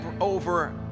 over